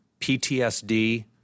PTSD